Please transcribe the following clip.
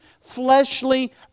fleshly